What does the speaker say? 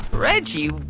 reggie,